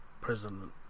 president